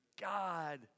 God